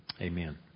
Amen